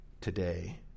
today